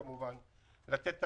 כמובן, כדי לתת פתרונות.